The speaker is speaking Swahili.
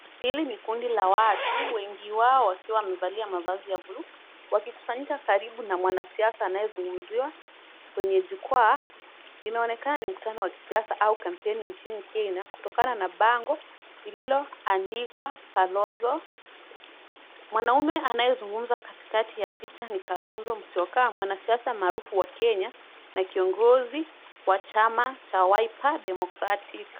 Hili ni kundi la watu wengi wao wakiwa wamevalia mavazi ya bluu wakikusanyika karibu na mwanasiasa anayezungumziwa kwenye jukwaa. Inaonekana ni mkutano wa kisiasa au kampeni nchini Kenya kutokana na bango ililoandikwa Kalonzo. Mwanaume anayezungumzakatikati ya picha ni Kalonzo Musyoka, mwanasiasa maarufu wa Kenya na kiongozi wa chama cha Wiper Democratic.